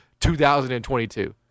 2022